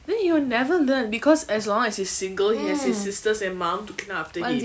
but then he'll never learn because as long as he's single he has his sisters and mom to clean up after him